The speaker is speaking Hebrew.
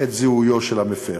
את זיהויו של המפר.